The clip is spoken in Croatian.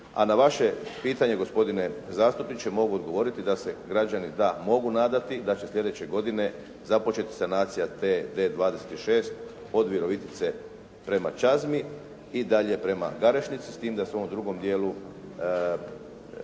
a na vaše pitanje gospodine zastupniče mogu odgovoriti da se građani da mogu nadati i da će sljedeće godine započeti sanacija te D 26 od Virovitice prema Čazmi i dalje prema Garešnici s tim da se u ovom drugom dijelu